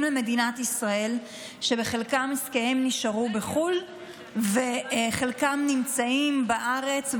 למדינת ישראל שעסקיהם של חלקם נשארו בחו"ל וחלקם נמצאים בארץ,